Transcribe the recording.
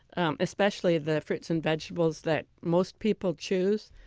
um especially the fruits and vegetables that most people choose.